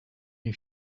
new